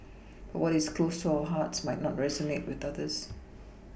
but what is close to our hearts might not resonate with others